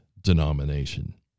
denomination